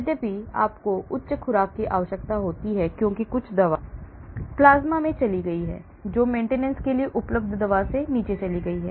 यद्यपि आपको उच्च खुराक की आवश्यकता होती है क्योंकि कुछ दवा प्लाज्मा में चली गई है जो maintenance के लिए उपलब्ध दवा से नीचे चली गई है